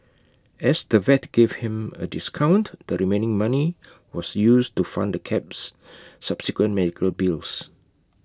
as the vet gave him A discount the remaining money was used to fund the cat's subsequent medical bills